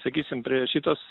sakysim prie šitos